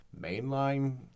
mainline